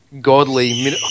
godly